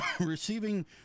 Receiving